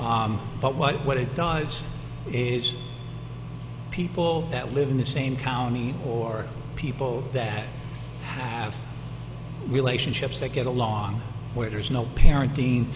but what it dives is people that live in the same county or people that have relationships that get along where there's no parenting